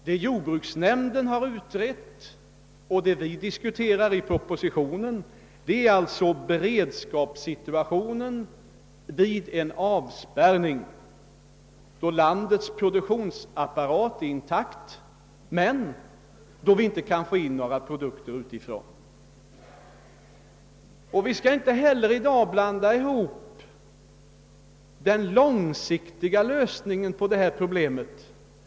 Vad jordbruksnämnden har utrett och vad vi talar om i propositionen är beredskapssituationen vid en avspärrning då landets produktionsapparat är intakt men då vi inte kan få in några produkter utifrån. Inte heller skall vi här blanda in den långsiktiga lösningen på detta problem.